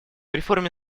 реформе